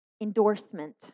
endorsement